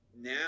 now